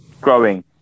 growing